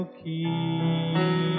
key